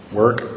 work